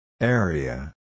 Area